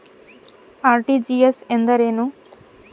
RTGS ಎಂದರೇನು?